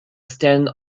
stand